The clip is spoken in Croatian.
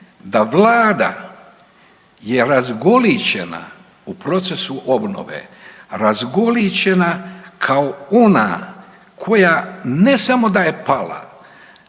da Vlada je razgolićena u procesu obnove, razgolićena kao ona koja ne samo da je pala,